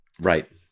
Right